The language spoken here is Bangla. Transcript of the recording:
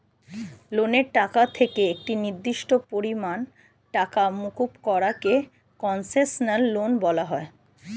লোনের টাকা থেকে একটি নির্দিষ্ট পরিমাণ টাকা মুকুব করা কে কন্সেশনাল লোন বলা হয়